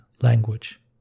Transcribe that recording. language